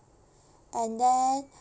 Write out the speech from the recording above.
and then